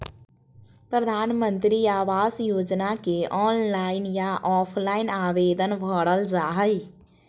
प्रधानमंत्री आवास योजना के ऑनलाइन या ऑफलाइन आवेदन भरल जा हइ